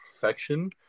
perfection